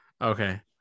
okay